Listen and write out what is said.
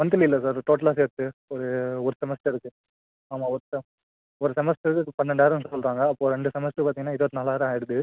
monthly இல்லை sir டோட்டலாக சேர்த்து ஒரு ஒரு செமஸ்டருக்கு ஆமாம் ஒரு செ ஒரு செமஸ்டருக்கு இப்போ பன்னெண்டாயிரம்கிட்ட சொல்லுறாங்க அப்போ ரெண்டு செமஸ்டருக்கு பார்த்திங்கன்னா இருபத்தி நாலாயிரம் ஆயிடுது